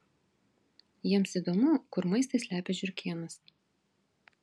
jiems įdomu kur maistą slepia žiurkėnas